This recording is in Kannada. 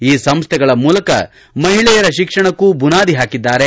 ಈ ಸಂಸ್ಥೆಗಳ ಮೂಲಕ ಮಹಿಳೆಯರ ಶಿಕ್ಷಣಕ್ಕೂ ಬುನಾದಿ ಹಾಕಿದ್ದಾರೆ